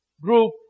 group